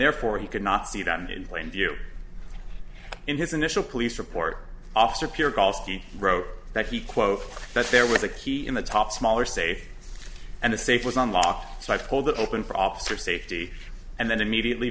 therefore he could not see them in plain view in his initial police report officer pure golf you wrote that he quote that there was a key in the top smaller safe and the safe was unlocked so i pulled it open for officer safety and then immediately